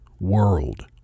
world